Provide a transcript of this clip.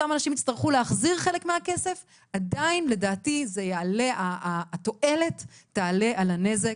להחזיר אני עדיין חושבת שהתועלת תעלה על הנזק.